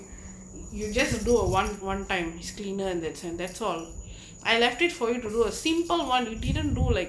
you just do a one one time is cleaner and that sense that's all I left it for you to do a simple [one] you didn't do like